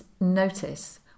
notice